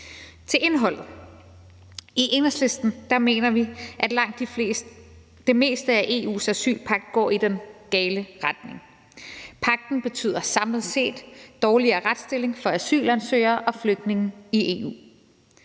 til indholdet. I Enhedslisten mener vi, at langt det meste af EU's asylpagt går i den gale retning. Pagten betyder samlet set dårligere retsstilling for asylansøgere og flygtninge i EU.